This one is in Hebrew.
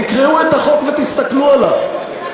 תקראו את החוק ותסתכלו עליו,